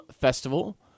Festival